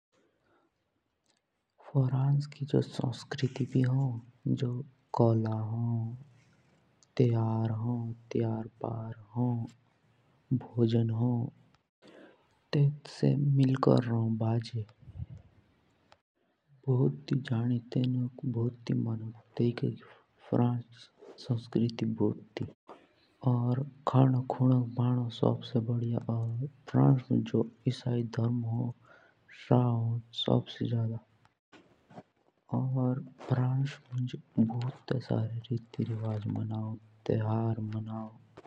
फ्रांस की संस्कृति भी हों तो तेत्तो मुंज कोला हों भोजन हों। त्योहार हो तेतुसे मिल्कोर र्होन भाजि। सबसे ज्यादा तो तेयिके खानों खुणोंक भनौं सबसे बढिया। और फ्रांस मुंज जो ईसाई धर्म मानो सोब्सर बढिया।